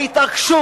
ההתעקשות